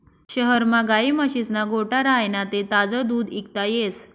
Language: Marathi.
शहरमा गायी म्हशीस्ना गोठा राह्यना ते ताजं दूध इकता येस